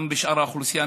גם בשאר האוכלוסייה,